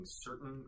certain